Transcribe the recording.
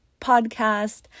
podcast